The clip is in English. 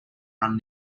run